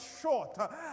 short